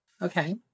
Okay